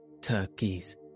turkeys